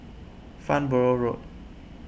Farnborough Road